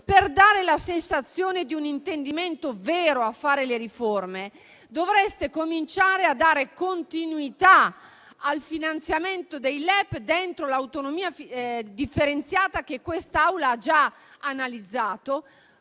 per dare la sensazione di un intendimento vero a realizzare le riforme, dovreste cominciare a dare continuità al finanziamento dei LEP dentro l'autonomia differenziata che quest'Aula ha già analizzato;